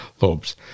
lobes